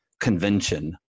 convention